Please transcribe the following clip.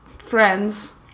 friends